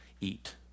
eat